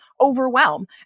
overwhelm